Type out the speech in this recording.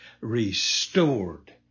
Restored